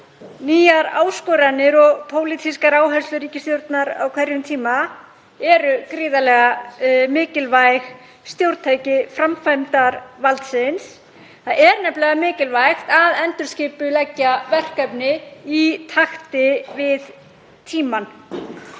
nýjar áskoranir og pólitískar áherslur ríkisstjórnar á hverjum tíma eru gríðarlega mikilvæg stjórntæki framkvæmdarvaldsins. Það er nefnilega mikilvægt að endurskipuleggja verkefni í takti við tímann.